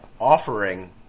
offering